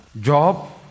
Job